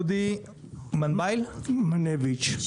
דודי מנביץ,